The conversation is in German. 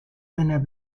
seiner